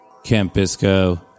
Campisco